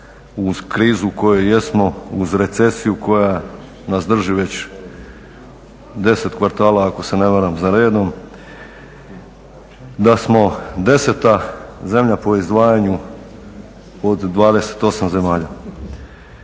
uz krizu u kojoj jesmo, uz recesiju koja nas drži već 10 kvartala ako se ne varam za redom da smo 10 zemlja po izdvajanju od 28 zemalja.